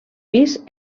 pis